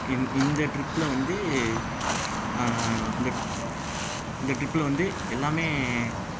இந்த இந்த ட்ரிப்பில் வந்து இந்த இந்த ட்ரிப்பில் வந்து எல்லாமே